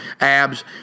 Abs